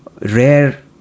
rare